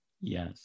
Yes